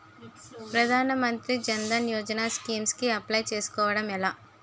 ప్రధాన మంత్రి జన్ ధన్ యోజన స్కీమ్స్ కి అప్లయ్ చేసుకోవడం ఎలా?